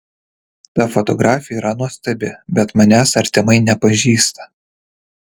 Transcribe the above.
ta fotografė yra nuostabi bet manęs artimai nepažįsta